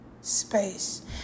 space